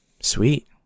Sweet